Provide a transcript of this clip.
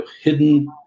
hidden